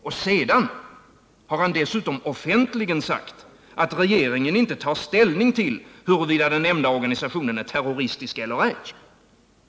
Och sedan har han dessutom offentligen sagt att regeringen inte tar ställning till huruvida den nämnda organisationen är terroristisk eller ej.